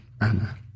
Anna